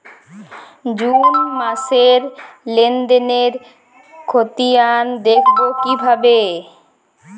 June মাসের লেনদেনের খতিয়ান দেখবো কিভাবে?